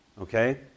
okay